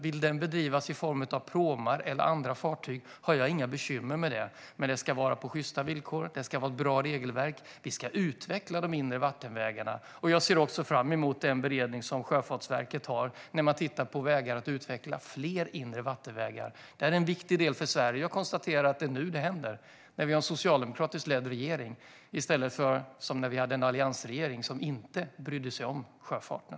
Vill man bedriva den i form av pråmar eller andra fartyg har jag inga bekymmer med det. Men det ska ske med sjysta villkor, och det ska vara ett bra regelverk. Vi ska utveckla de inre vattenvägarna. Jag ser fram emot Sjöfartsverkets beredning, där man tittar på sätt att utveckla fler inre vattenvägar. Detta är en viktig del för Sverige. Jag konstaterar att det är nu det händer, när vi har en socialdemokratiskt ledd regering i stället för en alliansregering som inte brydde sig om sjöfarten.